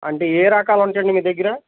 అంటే ఏ రకాలు ఉంటాయండి మీ దగ్గర